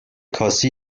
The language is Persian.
کاسه